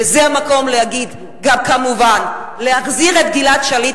וזה המקום להגיד, כמובן, להחזיר את גלעד שליט.